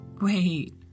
Wait